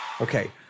Okay